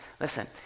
listen